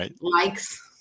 likes